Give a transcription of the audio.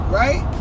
right